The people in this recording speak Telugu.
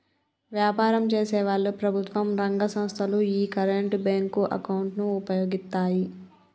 వ్యాపారం చేసేవాళ్ళు, ప్రభుత్వం రంగ సంస్ధలు యీ కరెంట్ బ్యేంకు అకౌంట్ ను వుపయోగిత్తాయి